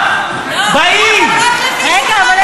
בעד ציפי לבני,